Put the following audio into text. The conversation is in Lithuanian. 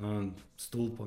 ant stulpo